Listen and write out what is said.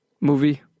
movie